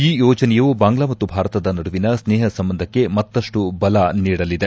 ಈ ಯೋಜನೆಯು ಬಾಂಗ್ಲಾ ಮತ್ತು ಭಾರತದ ನಡುವಿನ ಸ್ನೇಹ ಸಂಬಂಧಕ್ಕೆ ಮತ್ತಷ್ಟು ಬಲ ನೀಡಲಿದೆ